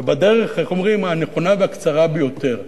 ובדרך הנכונה והקצרה ביותר.